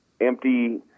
empty